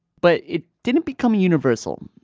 but it didn't become universal.